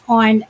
on